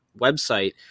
website